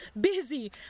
busy